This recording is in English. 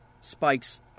Spike's